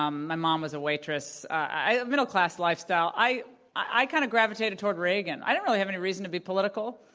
um my mom was a waitress. i had a middle class lifestyle. i i kind of gravitated toward reagan. i didn't really have any reason to be political.